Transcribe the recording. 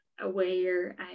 aware